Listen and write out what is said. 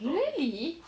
really